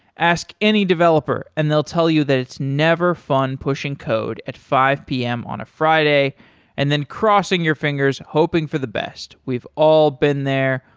ask any developer and they'll tell you that it's never fun pushing code at five p m. on a friday and then crossing your fingers hoping for the best. we've all been there.